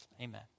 Amen